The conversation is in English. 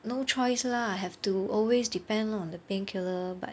no choice lah have to always depend on the painkiller but